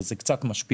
וזה קצת משפיע.